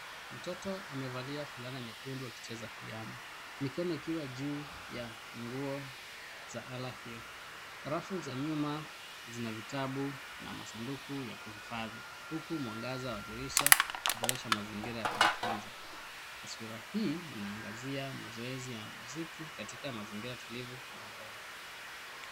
Mtoto amevalia fulana nyekundu akicheza piano mikono ikiwa juu ya funguo za ala hiyo. Rafu za nyuma zina vitabu na masaduku ya kuhifadhi huku mwangaza wa dirisha ukiboresha mazingira ya kujifunza, taswira hii inaangazia mazoezi ya mziki katika mazingira tulivu ya nyumbani.